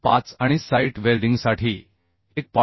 25 आणि साइट वेल्डिंगसाठी 1